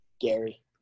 Gary